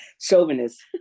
chauvinist